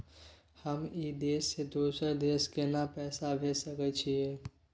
हम ई देश से दोसर देश केना पैसा भेज सके छिए?